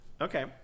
Okay